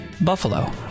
Buffalo